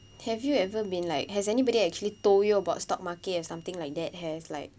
have you ever been like has anybody actually told you about stock market or something like that has like